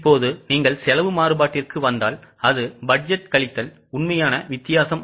இப்போது நீங்கள் செலவு மாறுபாட்டிற்கு வந்தால் அது பட்ஜெட் கழித்தல் உண்மையான வித்தியாசம்